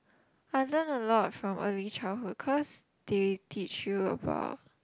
I learn a lot from early childhood cause they teach you about